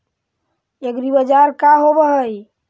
एग्रीबाजार का होव हइ?